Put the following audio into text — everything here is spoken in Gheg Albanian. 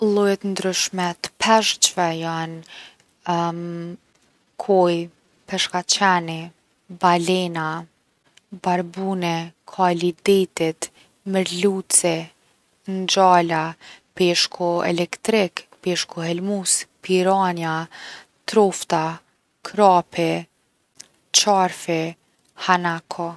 Lloje t’ndryshme t’peshqve jon koi, peshkaqeni, balena, barbuni, kali i detit, merluci, ngjala, peshku elektrik, peshku helmus, piranja, trofta, krapi, çarfi, hanako.